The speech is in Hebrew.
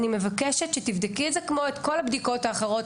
אני מבקשת שתבדקי את זה כמו את כל הבדיקות האחרות,